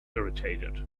irritated